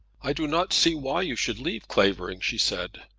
i do not see why you should leave clavering, she said